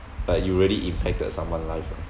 like you already impacted someone life ah